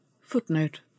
FOOTNOTE